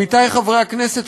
עמיתי חברי הכנסת,